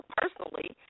personally